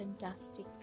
fantastic